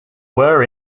were